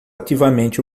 ativamente